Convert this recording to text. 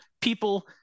people